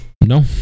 No